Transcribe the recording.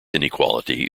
inequality